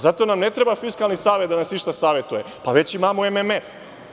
Za to nam ne treba Fiskalni savet da nas išta savetuje, već imamo MMF.